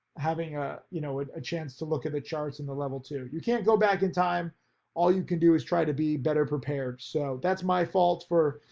having, ah you know, a chance to look at the charts and the level two, you can't go back in time all you can do is try to be better prepared. so that's my fault for,